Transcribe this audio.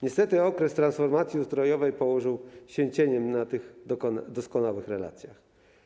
Niestety okres transformacji ustrojowej położył się cieniem na tych doskonałych relacjach.